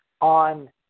on